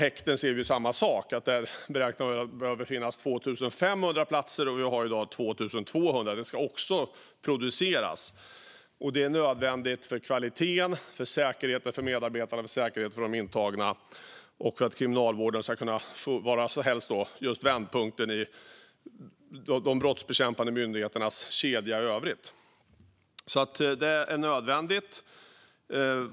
Vi ser samma sak i häktena; där beräknar man att det behöver finnas 2 500 platser, och vi har i dag 2 200. De platserna ska också produceras. Det är nödvändigt för kvaliteten, för säkerheten för medarbetarna och för säkerheten för de intagna samt för att Kriminalvården - helst - ska kunna vara vändpunkten i de brottsbekämpande myndigheternas kedja i övrigt. Det är alltså nödvändigt.